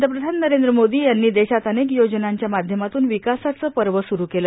पंतप्रधान नरेंद्र मोदी यांनी देशात अनेक योजनांच्या माध्यमातून विकासाचे पर्व सुरू केले